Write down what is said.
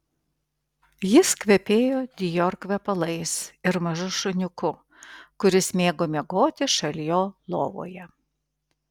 jis kvepėjo dior kvepalais ir mažu šuniuku kuris mėgo miegoti šalia jo lovoje